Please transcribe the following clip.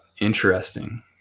Interesting